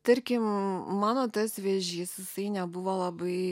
tarkim mano tas vėžys jisai nebuvo labai